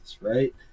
right